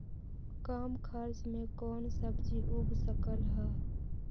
कम खर्च मे कौन सब्जी उग सकल ह?